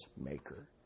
maker